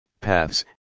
paths